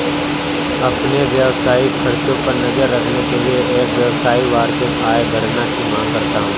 अपने व्यावसायिक खर्चों पर नज़र रखने के लिए, एक व्यवसायी वार्षिक आय गणना की मांग करता है